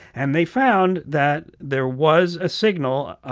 and they found that there was a signal